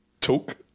talk